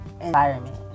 environment